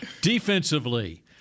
Defensively